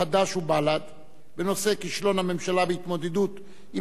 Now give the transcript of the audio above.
חד"ש ובל"ד בנושא: כישלון הממשלה בהתמודדות עם